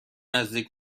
نزدیک